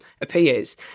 appears